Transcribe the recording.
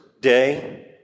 day